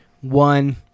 one